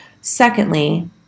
Secondly